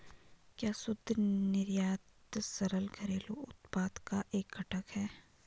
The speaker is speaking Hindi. क्या शुद्ध निर्यात सकल घरेलू उत्पाद का एक घटक है?